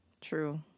True